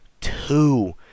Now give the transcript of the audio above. Two